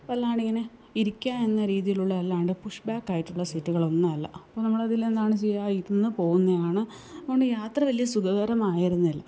വല്ലാണ്ടിങ്ങനെ ഇരിക്കുക എന്ന രീതിയിലുള്ള അല്ലാതെ പുഷ് ബാക്കായിട്ടുള്ള സീറ്റുകളൊന്നുമല്ല അപ്പോള് നമ്മളതിലെന്താണ് ചെയ്യുക ഇരുന്ന് പോവുക തന്നെയാണ് അതുകൊണ്ട് യാത്ര വലിയ സുഖകരമായിരുന്നില്ല